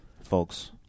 folks